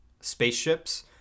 spaceships